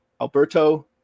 Alberto